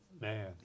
Man